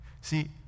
See